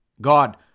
God